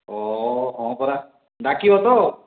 ଓ ହଁ ପରା ଡାକିବ ତ